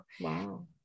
wow